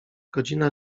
godzina